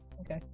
Okay